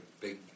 big